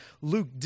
Luke